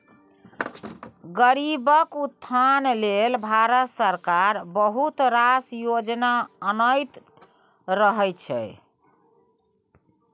गरीबक उत्थान लेल भारत सरकार बहुत रास योजना आनैत रहय छै